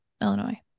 Illinois